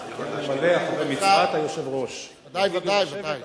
ממלא אחר מצוות היושב-ראש, ודאי, ודאי, ודאי.